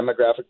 demographic